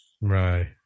Right